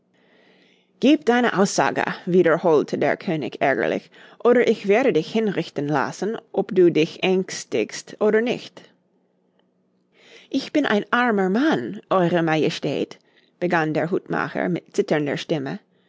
gieb deine aussage wiederholte der könig ärgerlich oder ich werde dich hinrichten lassen ob du dich ängstigst oder nicht ich bin ein armer mann eure majestät begann der hutmacher mit zitternder stimme